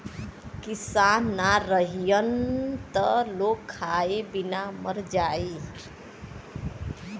किसान ना रहीहन त लोग खाए बिना मर जाई